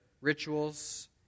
rituals